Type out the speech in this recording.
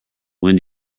when